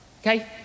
okay